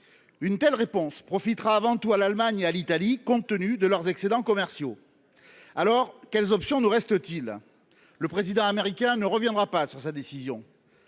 Une telle réponse profitera avant tout à l’Allemagne et à l’Italie compte tenu de leurs excédents commerciaux. Alors, quelles options nous reste t il ? Le président américain ne reviendra pas sur sa décision.